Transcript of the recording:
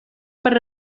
per